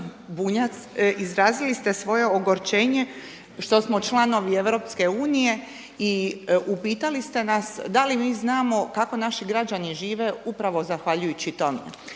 Bunjac izrazili ste svoje ogorčenje što smo članovi EU i upitali ste nas da li mi znamo kako naši građani žive upravo zahvaljujući tome.